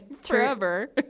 forever